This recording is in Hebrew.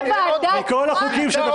מכל החוקים?